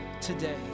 today